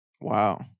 Wow